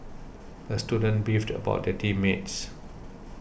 the student beefed about the team mates